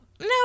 No